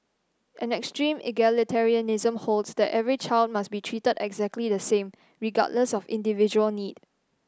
an extreme egalitarianism holds that every child must be treated exactly the same regardless of individual need